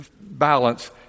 balance